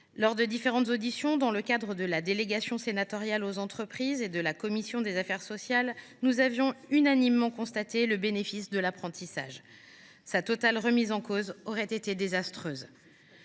cours des auditions réalisées par la délégation sénatoriale aux entreprises et la commission des affaires sociales, nous avons unanimement constaté le bénéfice de l’apprentissage. Sa remise en cause totale aurait été désastreuse.